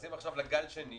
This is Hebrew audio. נכנסים עכשיו לגל שני,